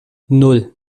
nan